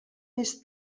més